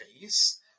face